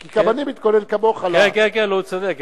כי גם אני מתכונן כמוך, כן, כן, הוא צודק.